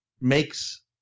makes